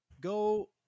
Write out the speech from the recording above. Go